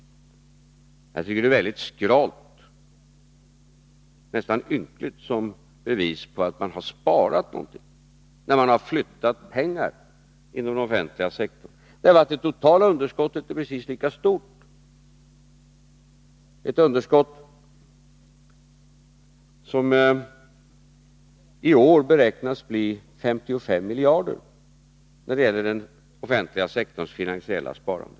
Jag tycker det är mycket skralt, nästan ynkligt, att ta fram detta som ett bevis på att man har sparat någonting — när man i stället bara har flyttat pengar inom den offentliga verksamheten, för det totala underskottet är ju precis lika stort. Det är ett underskott som i år beräknas bli 55 miljarder när det gäller den offentliga sektorns finansiella sparande.